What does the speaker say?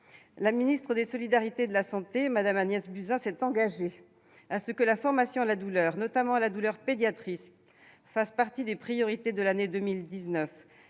La ministre des solidarités et de la santé, Agnès Buzyn, s'est engagée « à ce que la formation à la douleur, notamment à la douleur pédiatrique, fasse partie des priorités de l'année 2019